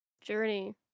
Journey